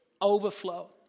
Overflow